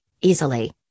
easily